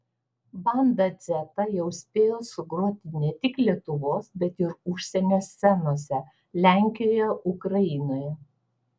banda dzeta jau spėjo sugroti ne tik lietuvos bet ir užsienio scenose lenkijoje ukrainoje